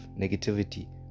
negativity